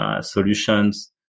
solutions